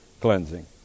cleansing